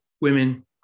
women